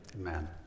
Amen